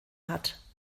hat